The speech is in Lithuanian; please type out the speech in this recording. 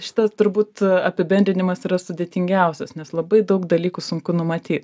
šitas turbūt apibendrinimas yra sudėtingiausias nes labai daug dalykų sunku numaty